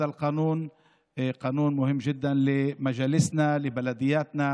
(אומר דברים בשפה הערבית,